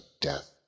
death